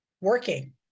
working